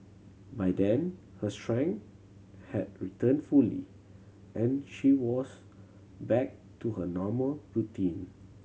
by then her strength had returned fully and she was back to her normal routine